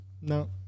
No